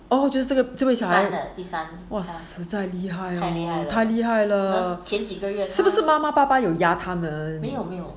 oh 这个这位小孩 !wow! 实在厉害太厉害了是不是妈妈爸爸有压他们